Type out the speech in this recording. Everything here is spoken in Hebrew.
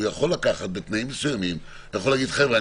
והוא יכול בתנאים מסוימים להגיד: חבר'ה,